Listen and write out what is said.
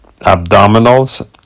abdominals